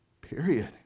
Period